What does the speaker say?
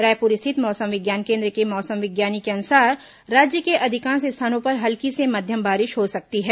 रायपुर स्थित मौसम विज्ञान केन्द्र के मौसम विज्ञानी के अनुसार राज्य के अधिकांश स्थानों पर हल्की से मध्यम बारिश हो सकती है